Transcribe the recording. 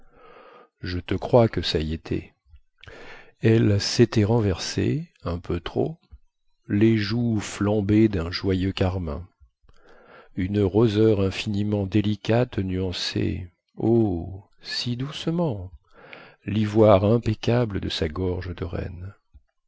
je te crois que ça y était elle sétait renversée un peu trop les joues flambaient dun joyeux carmin une roseur infiniment délicate nuançait oh si doucement livoire impeccable de sa gorge de reine